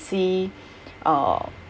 see uh